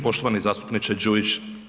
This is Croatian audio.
Poštovani zastupniče Đujić.